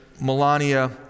Melania